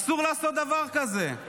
אסור לעשות דבר כזה.